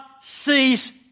cease